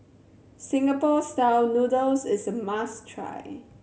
Singapore Style Noodles is a must try